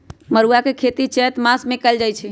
मरुआ के खेती चैत मासमे कएल जाए छै